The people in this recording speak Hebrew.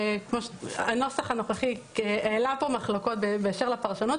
הנוסח הנוכחי העלה כאן מחלוקות באש לפרשנות.